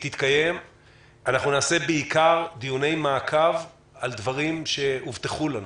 אנחנו נבצע בעיקר דיוני מעקב על דברים שהובטחו לנו: